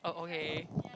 oh okay